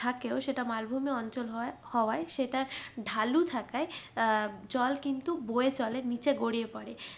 থাকেও সেটা মালভূমি অঞ্চল হওয়ায় হওয়ায় সেটা ঢালু থাকায় জল কিন্তু বয়ে চলে নিচে গড়িয়ে পড়ে